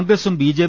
കോൺഗ്രസും ബി